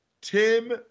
Tim